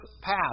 path